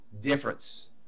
difference